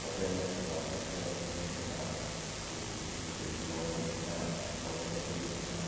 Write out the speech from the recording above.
ꯍꯣꯇꯦꯜꯅꯆꯤꯡꯕ ꯀꯦꯐꯦꯅꯆꯤꯡꯕꯁꯤꯡꯗ ꯑꯩꯈꯣꯏꯒꯤ ꯃꯅꯤꯄꯨꯔꯤꯒꯤ ꯂꯣꯟꯅ ꯀꯧꯔꯒꯗꯤ ꯍꯦꯟꯅ